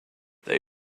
they